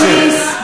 שב.